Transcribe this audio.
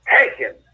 taken